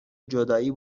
جدایی